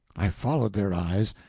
i followed their eyes,